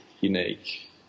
unique